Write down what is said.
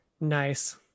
Nice